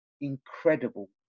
incredible